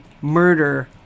murder